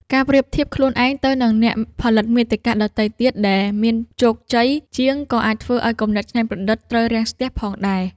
ការប្រៀបធៀបខ្លួនឯងទៅនឹងអ្នកផលិតមាតិកាដទៃទៀតដែលមានជោគជ័យជាង ក៏អាចធ្វើឱ្យគំនិតច្នៃប្រឌិតត្រូវរាំងស្ទះផងដែរ។